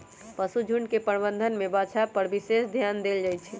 पशुझुण्ड के प्रबंधन में बछा पर विशेष ध्यान देल जाइ छइ